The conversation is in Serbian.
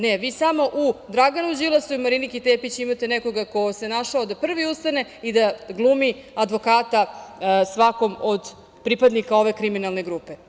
Ne, vi samo u Draganu Đilasu i Mariniki Tepić imate nekoga ko se našao da prvi ustane i da glumi advokata svakom od pripadnika ove kriminalne grupe.